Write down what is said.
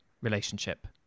relationship